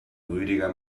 rüdiger